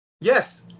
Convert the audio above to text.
Yes